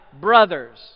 brothers